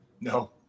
No